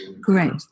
Great